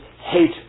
hate